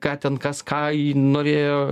ką ten kas ką į norėjo